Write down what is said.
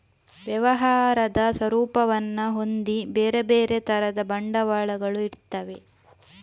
ವ್ಯವಹಾರದ ಸ್ವರೂಪವನ್ನ ಹೊಂದಿ ಬೇರೆ ಬೇರೆ ತರದ ಬಂಡವಾಳಗಳು ಇರ್ತವೆ